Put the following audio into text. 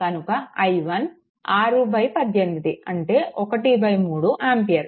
కనుక i1 618 అంటే 13 ampere